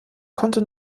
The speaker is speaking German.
konnte